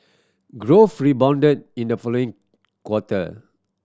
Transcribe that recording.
growth rebounded in the following quarter